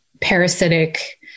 parasitic